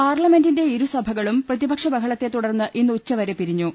പാർലമെന്റിന്റെ ഇരുസഭകളും പ്രതിപക്ഷ ബഹളത്തെ തുടർന്ന് ഇന്ന് ഉച്ചവരെ പിരിഞ്ഞു